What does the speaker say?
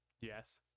Yes